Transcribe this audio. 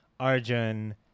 Arjun